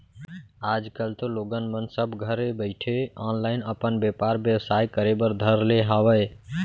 आज कल तो लोगन मन सब घरे बइठे ऑनलाईन अपन बेपार बेवसाय करे बर धर ले हावय